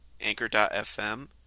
Anchor.fm